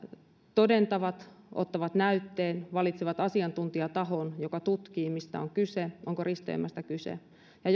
todentavat ottavat näytteen valitsevat asiantuntijatahon joka tutkii mistä on kyse onko risteymästä kyse ja